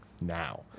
now